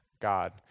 God